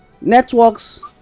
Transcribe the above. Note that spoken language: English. networks